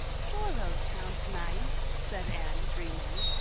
shore road sounds nice, said anne dreamily.